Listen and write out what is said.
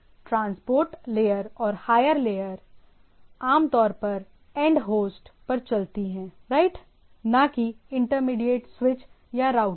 transport layer और higher layer आम तौर पर एंड होस्ट पर चलती हैं राइट न कि इंटरमीडिएट स्विच या राउटर में